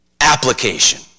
application